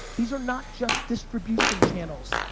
these are not just distribution channels.